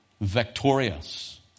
Victorious